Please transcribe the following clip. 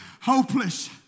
hopeless